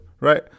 right